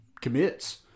commits